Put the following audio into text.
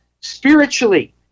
spiritually